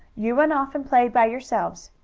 you run off and play by yourselves.